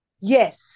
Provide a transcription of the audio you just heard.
Yes